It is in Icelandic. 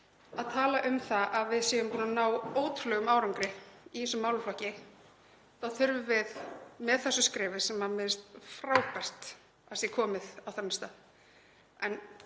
að tala um að við séum búin að ná ótrúlegum árangri í þessum málaflokki þá þurfum við með þessu skrefi, sem mér finnst frábært að sé komið á þennan stað